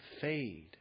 fade